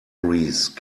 breeze